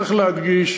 צריך להדגיש